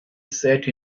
sat